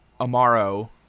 Amaro